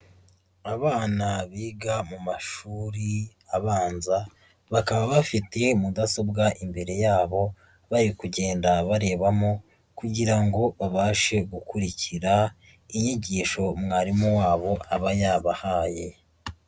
Abana biga mu mashuri abanza bakaba bafite mudasobwa imbere yabo, bari kugenda barebamo kugira ngo babashe gukurikira inyigisho mwarimu wabo aba yabahaye.